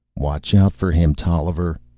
watch out for him, tolliver!